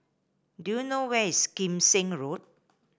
do you know where is Kim Seng Road